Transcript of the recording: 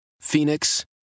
Phoenix